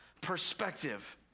Perspective